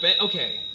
okay